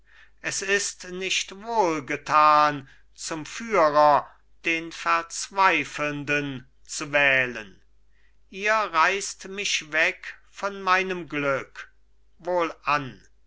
es ist nicht wohlgetan zum führer den verzweifelnden zu wählen ihr reißt mich weg von meinem glück wohlan